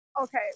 Okay